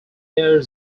air